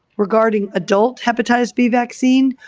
regarding adult hepatitis b vaccine,